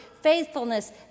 faithfulness